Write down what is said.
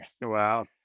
Wow